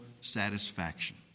satisfaction